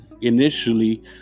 initially